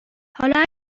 حالا